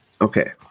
Okay